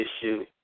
Issue